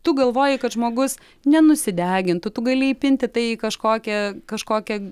tu galvoji kad žmogus nenusidegintų tu gali įpinti tai į kažkokią kažkokią